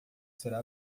será